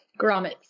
Grommets